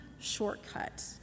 shortcut